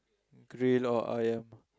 grill or ayam ya